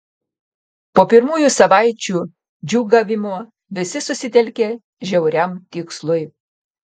po pirmųjų savaičių džiūgavimo visi susitelkė žiauriam tikslui